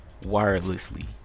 wirelessly